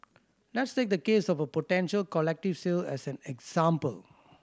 let's take the case of a potential collective sale as an example